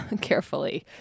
carefully